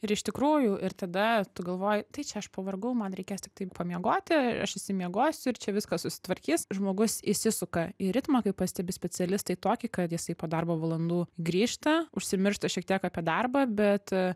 ir iš tikrųjų ir tada tu galvoji tai čia aš pavargau man reikės tiktai pamiegoti aš išsimiegosiu ir čia viskas susitvarkys žmogus įsisuka į ritmą kaip pastebi specialistai tokį kad jisai po darbo valandų grįžta užsimiršta šiek tiek apie darbą bet